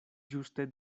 ĝuste